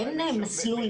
אין להם מסלול.